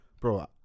Bro